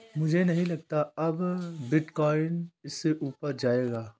मुझे नहीं लगता अब बिटकॉइन इससे ऊपर जायेगा